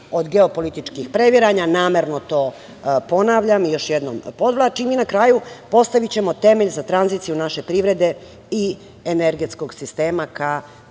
od geopolitičkih previranja. Namerno to ponavljam i još jednom podvlačim. Na kraju, postavićemo temelj za tranziciju naše privrede i energetskog sistema ka